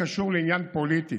זה קשור לעניין פוליטי.